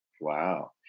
wow